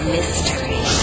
Mystery